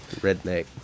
redneck